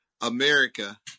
America